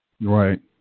Right